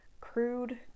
crude